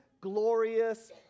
glorious